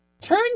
Turn